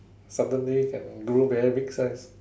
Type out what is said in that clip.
suddenly can grow very big size